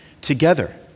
together